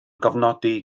gofnodi